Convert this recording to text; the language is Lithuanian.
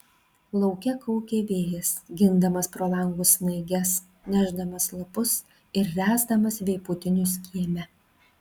lauke kaukė vėjas gindamas pro langus snaiges nešdamas lapus ir ręsdamas vėpūtinius kieme